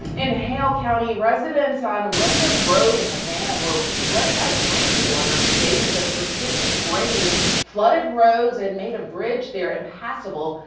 in hale county residents on windham road in havana were running out of drinking water after days of persistent rain flooded roads and made a bridge impassable.